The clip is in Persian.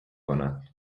کنند